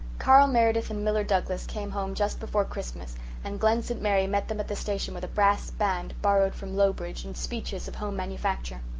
carl meredith and miller douglas came home just before christmas and glen st. mary met them at the station with a brass band borrowed from lowbridge and speeches of home manufacture.